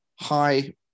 high